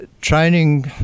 Training